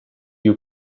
you